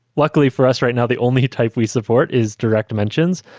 luckily for us right now, the only type we support is direct mentions.